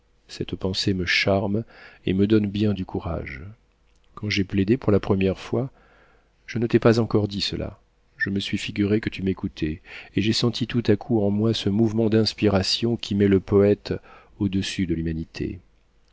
cette pensée me charme et me donne bien du courage quand j'ai plaidé pour la première fois je ne t'ai pas encore dit cela je me suis figuré que tu m'écoutais et j'ai senti tout à coup en moi ce mouvement d'inspiration qui met le poëte au-dessus de l'humanité